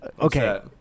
Okay